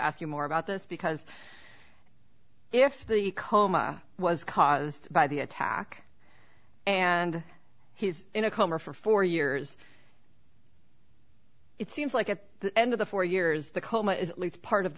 ask you more about this because if the coma was caused by the attack and he's in a coma for four years it seems like at the end of the four years the coma is part